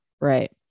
right